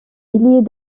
milliers